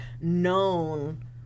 known